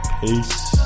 Peace